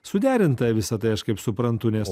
suderinta visa tai aš kaip suprantu nes